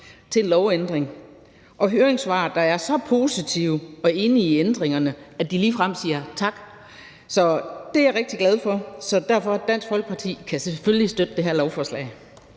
til en lovændring og høringssvar, der er så positive og enige i ændringerne, at de ligefrem siger tak. Det er jeg rigtig glad for, og Dansk Folkeparti kan selvfølgelig støtte det her lovforslag.